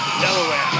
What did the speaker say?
Delaware